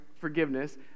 forgiveness